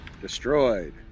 Destroyed